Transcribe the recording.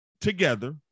together